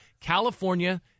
California